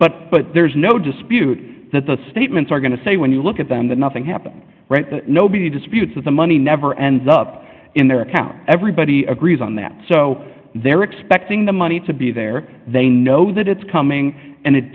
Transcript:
but there's no dispute that those statements are going to say when you look at them that nothing happens nobody disputes that the money never ends up in their account everybody agrees on that they're expecting the money to be there they know that it's coming and it